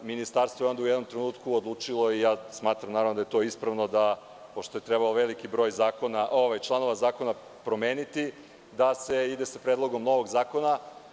Ministarstvo je u jednom trenutku odlučilo i smatram da je to ispravno, pošto je trebalo veliki broj članova zakona promeniti, da se ide sa predlogom novog zakona.